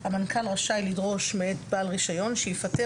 "(א) המנהל הכללי רשאי לדרוש מאת בעל רישיון שיפטר